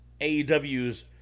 AEW's